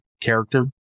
character